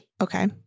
Okay